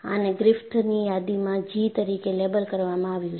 આને ગ્રિફિથની યાદીમાં G તરીકે લેબલ કરવામાં આવ્યું છે